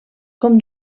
com